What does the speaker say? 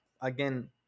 again